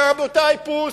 אומר, רבותי, "פוס",